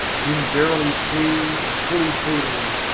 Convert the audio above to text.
him verily seeing and fully feeling,